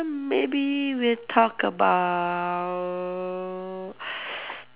maybe we talk about